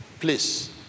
Please